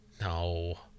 No